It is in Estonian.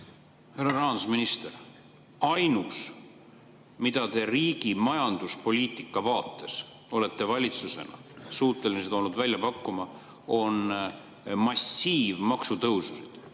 rahandusminister! Ainus, mida te riigi majanduspoliitika vaates olete valitsusena suutelised olnud välja pakkuma, on olnud massiivmaksutõusud.